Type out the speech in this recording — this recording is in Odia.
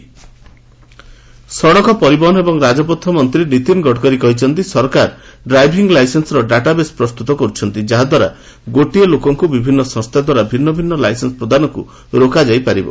ଗଡ଼କରୀ ଡ୍ରାଇଭିଂ ଲାଇସେନ୍ନ ସଡ଼କ ପରିବହନ ଏବଂ ରାଜପଥ ମନ୍ତ୍ରୀ ନୀତିନ୍ ଗଡ଼କରୀ କହିଛନ୍ତି ସରକାର ଡ୍ରାଇଭିଂ ଲାଇସେନସ୍ର ଡାଟାବେସ୍ ପ୍ରସ୍ତୁତ କରୁଛନ୍ତି ଯାହାଦ୍ୱାରା ଗୋଟିଏ ଲୋକକୁ ବିଭିନ୍ନ ସଂସ୍ଥା ଦ୍ୱାରା ଭିନ୍ନଭିନ୍ନ ଲାଇସେନ୍ ପ୍ରଦାନକୁ ରୋକାଯାଇ ପାରିବ